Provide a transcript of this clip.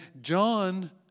John